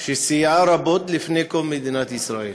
שסייעה רבות, לפני קום מדינת ישראל,